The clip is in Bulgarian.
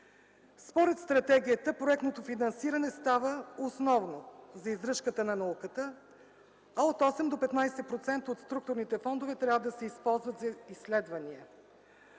Според стратегията, проектното финансиране става основно за издръжката на науката. От 8 до 15% от структурните фондове трябва да се използват за изследвания.